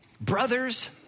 brothers